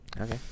Okay